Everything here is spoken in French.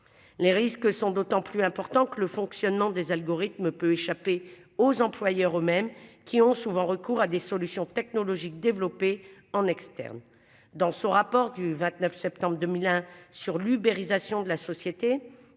Les risques sont d'autant plus important que le fonctionnement des algorithmes peut échapper aux employeurs eux-mêmes qui ont souvent recours à des solutions technologiques développées en externe dans son rapport du 29 septembre 2001 sur l'uberisation de la société.